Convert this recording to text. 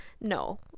no